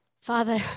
Father